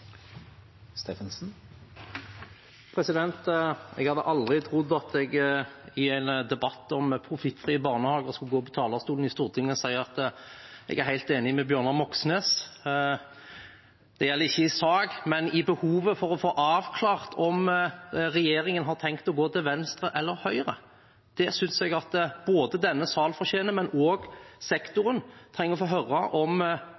Jeg hadde aldri trodd at jeg i en debatt om profittfrie barnehager skulle gå på talerstolen i Stortinget og si at jeg er helt enig med Bjørnar Moxnes. Det gjelder ikke i sak, men i behovet for å få avklart om regjeringen har tenkt å gå til venstre eller høyre. Jeg synes både at denne salen fortjener å få vite det, og at sektoren trenger å få høre om